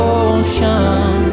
ocean